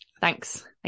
Thanks